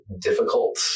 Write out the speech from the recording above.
difficult